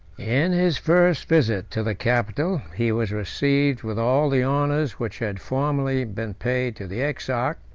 in his first visit to the capital, he was received with all the honors which had formerly been paid to the exarch,